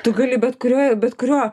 tu gali bet kuriuo bet kuriuo